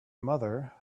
mother